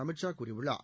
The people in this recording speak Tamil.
அமித்ஷாகூறியுள்ளார்